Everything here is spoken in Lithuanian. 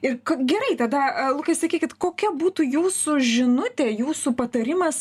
ir gerai tada lukai sakykit kokia būtų jūsų žinutė jūsų patarimas